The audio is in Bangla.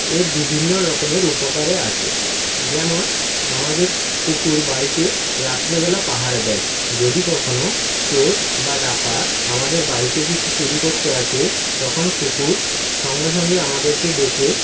এর বিভিন্ন রকমের উপকারে আসে যেমন আমাদের কুকুর বাড়িতে রাত্রে বেলা পাহারা দেয় যদি কখনও চোর বা ডাকাত আমাদের বাড়িতে কিছু চুরি করতে আসে তখন কুকুর সঙ্গে সঙ্গেই আমাদেরকে ডেকে